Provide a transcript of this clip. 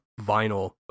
vinyl